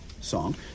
song